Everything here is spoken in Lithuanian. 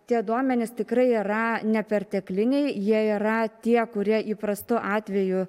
tie duomenys tikrai yra nepertekliniai jie yra tie kurie įprastu atveju